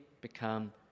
become